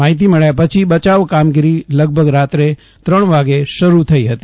માહિતી મળ્યા પછી બચાવ કામગીરી લગભગ સવારે ત્રણ વાગે શરૂ થઈ હતી